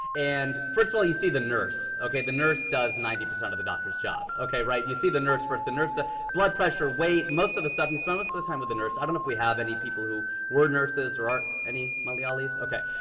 and first of all, you see the nurse. the nurse does ninety percent of the doctor's job. ok? right? you see the nurse first. the nurse does blood pressure, weight. most of the stuff, you spend most of the time with the nurse. i don't if we have any people who were nurses or are. any malayalis? ok.